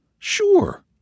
Sure